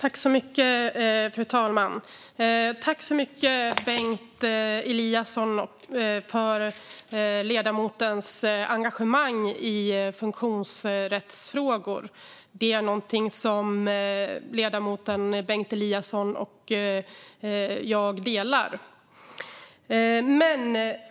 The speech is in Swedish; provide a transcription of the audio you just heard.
Fru talman! Tack så mycket, Bengt Eliasson, för engagemanget i funktionsrättsfrågor! Det är något som ledamoten och jag delar.